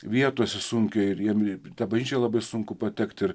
vietose sunkiai ir jiem į tą bažnyčią labai sunku patekt ir